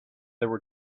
there